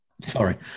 sorry